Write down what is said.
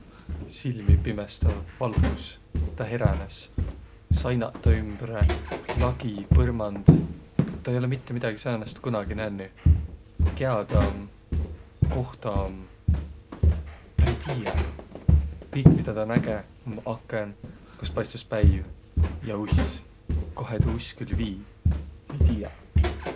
Silmipimestäv valgus. Tä heränes. Sainaq tä ümbre, lagi, põrmand, tä ei olõq mitte midägi säänest kunagi nännüq. Kiä tä om? Koh tä om? Tä ei tiiäq. Kõik, midä tä näge, om akõn, kost paistus päiv ja uss. Kohe tuu uss külh vii? Ei tiiäq.